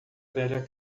velha